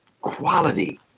quality